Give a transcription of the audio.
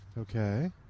okay